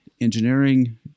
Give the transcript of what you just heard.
Engineering